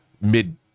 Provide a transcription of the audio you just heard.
mid